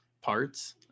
parts